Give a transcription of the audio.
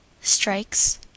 Strikes